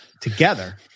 together